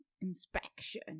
Inspection